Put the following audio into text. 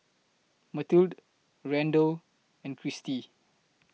Mathilde Randell and Christie